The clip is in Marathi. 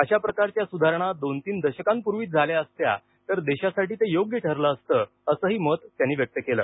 अशा प्रकारच्या सुधारणा दोन तीन दशकांपूर्वीच झाल्या असत्या तर देशासाठी ते योग्य ठरलं असतं असंही मत त्यांनी व्यक्त केलं